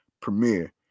premiere